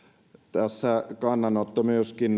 tässä kannanotto myöskin